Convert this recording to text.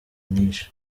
nishe